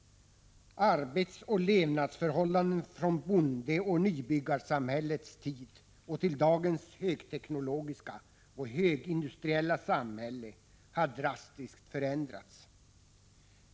Arbetsoch levnadsförhållandena från bondeoch nybyggarsamhällets tid och till dagens högteknologiska och högindustriella samhälle 1 har drastiskt förändrats.